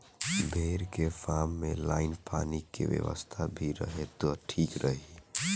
भेड़ के फार्म में लाइन पानी के व्यवस्था भी रहे त ठीक रही